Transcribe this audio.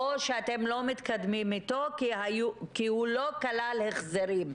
או שאתם לא מתקדמים איתו כי הוא לא כלל החזרים.